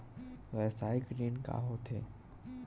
व्यवसायिक ऋण का होथे?